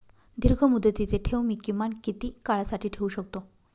दीर्घमुदतीचे ठेव मी किमान किती काळासाठी ठेवू शकतो?